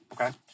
okay